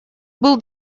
был